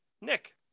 Nick